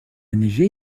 neigé